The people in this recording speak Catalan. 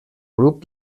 grup